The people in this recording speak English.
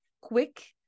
quick